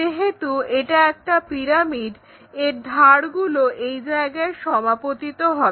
যেহেতু এটা একটা পিরামিড এর ধারগুলো এই জায়গায় সমাপতিত হবে